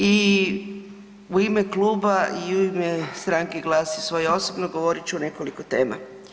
I u ime kluba i u ime Stranke GLAS i svoje osobno govorit ću o nekoliko tema.